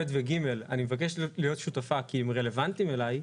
ב' ו-ג' אני מבקשת להיות שותפה כי הם רלוונטיים אליי,